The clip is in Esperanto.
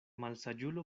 malsaĝulo